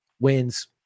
wins